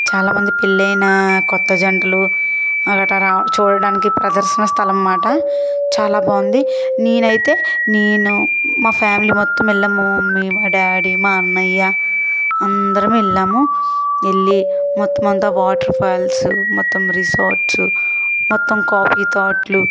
చాలా మంది పెళ్ళైన కొత్త జంటలు అక్కడ చూడటానికి ప్రదర్శనా స్థలమనమాట చాలా బావుంది నేనైతే నేను మా ఫ్యామిలీ మొత్తమెళ్ళాము నేను మా డాడీ అన్నయ్య అందరమెళ్ళాము వెళ్లి మొత్తమంతా వాటర్ ఫాల్సు మొత్తం రిసార్ట్సు మొత్తం కాఫీ తోటలు